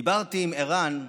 דיברתי עם ערן,